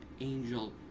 Angel